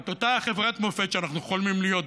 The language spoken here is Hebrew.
את אותה חברת מופת שאנחנו חולמים להיות בה,